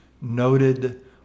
noted